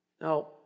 Now